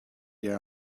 there